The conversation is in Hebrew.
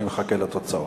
אני מחכה לתוצאות.